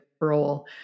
role